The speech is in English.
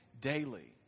daily